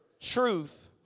truth